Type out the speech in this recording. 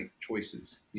choices